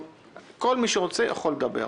כל מי שרוצה יכול לדבר.